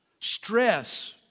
Stress